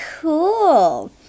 cool